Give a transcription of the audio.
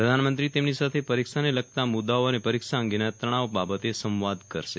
પ્રધાનમંત્રી તેમની સાથે પરીક્ષાને લગતા મુદ્દાઓ અને પરીક્ષા અંગેના તણાવ બાબતે સંવાદ કરશે